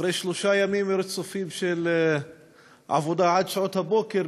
אחרי שלושה ימים רצופים של עבודה עד שעות הבוקר,